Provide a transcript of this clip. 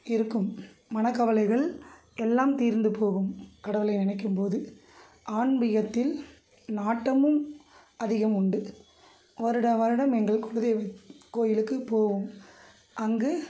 இருக்கும் மனக்கவலைகள் எல்லாம் தீர்ந்துப்போகும் கடவுளை நினைக்கும்போது ஆன்மீகத்தில் நாட்டமும் அதிகம் உண்டு வருட வருடம் எங்கள் குலதெய்வம் கோயிலுக்கு போவோம் அங்கு